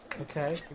Okay